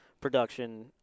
production